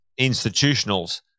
institutionals